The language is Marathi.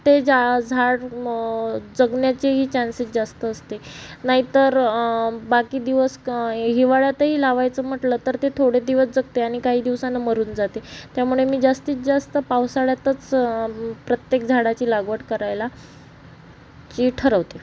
ते जा झाड जगण्याचेही चान्सेस जास्त असते नाहीतर बाकी दिवस क हिवाळ्यातही लावायचं म्हटलं तर ते थोडे दिवस जगते आणि काही दिवसानं मरून जाते त्यामुळे मी जास्तीत जास्त पावसाळ्यातच प्रत्येक झाडाची लागवड करायला की ठरवते